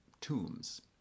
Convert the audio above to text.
tombs